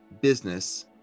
business